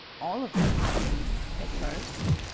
all of them, i believe, at first.